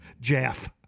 Jeff